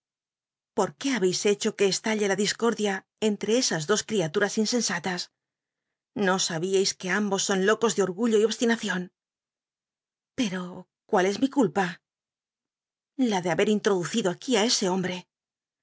por qué habeis hecho que estalle la discordia entre esas dos criaturas insensatas no sabíais que imbos son locos de og ullo y obs linacion llero cuál es mi culpa j a de haber introducido aquí i ese hombre